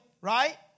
right